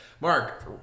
Mark